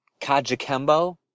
Kajakembo